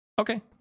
Okay